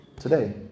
today